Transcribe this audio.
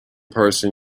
person